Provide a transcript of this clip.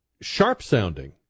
sharp-sounding